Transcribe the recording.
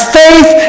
faith